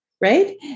right